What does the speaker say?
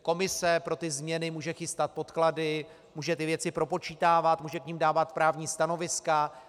Komise pro ty změny může chystat podklady, může ty věci propočítávat, může k nim dávat právní stanoviska.